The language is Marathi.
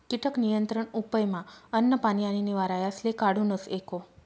कीटक नियंत्रण उपयमा अन्न, पानी आणि निवारा यासले काढूनस एको